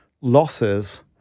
losses